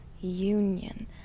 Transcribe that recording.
union